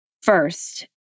first